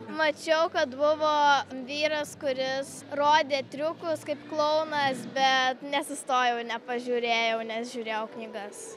mačiau kad buvo vyras kuris rodė triukus kaip klounas bet nesustojau nepažiūrėjau nes žiūrėjau knygas